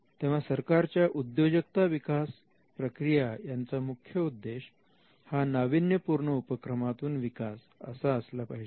तेव्हा सरकारच्या उद्योजकता विकास प्रक्रिया यांचा मुख्य उद्देश हा नाविन्यपूर्ण उपक्रमातून विकास असा असला पाहिजे